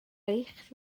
eich